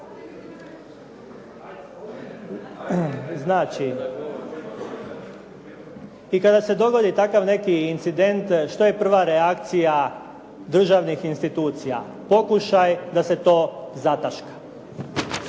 i kada se dogodi takav neki incident, što je prva reakcija državnih institucija? Pokušaj da se to zataška.